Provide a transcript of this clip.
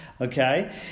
okay